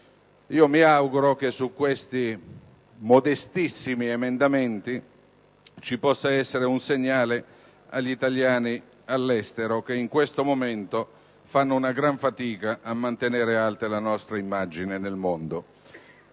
Mi auguro che su questi modestissimi emendamenti si possa dare un segnale agli italiani all'estero che in questo momento fanno una gran fatica a mantenere alta la nostra immagine nel mondo.